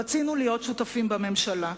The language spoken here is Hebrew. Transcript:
רצינו להיות שותפים בממשלה.